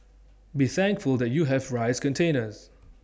be thankful that you have rice containers